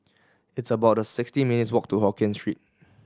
it's about sixty minutes' walk to Hokkien Street